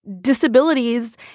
disabilities